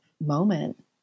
moment